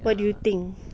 what do you think